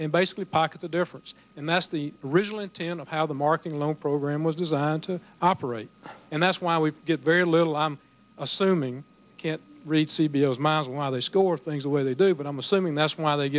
and basically pocket the difference and that's the real intent of how the market loan program was designed to operate and that's why we get very little i'm assuming can't read c b s miles why they score things the way they do but i'm assuming that's why they